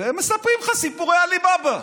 הם מספרים לך סיפורי עלי באבא,